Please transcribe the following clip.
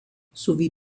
sowie